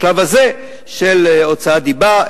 בשלב הזה של הוצאת דיבה,